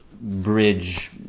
bridge